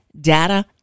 data